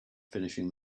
finishing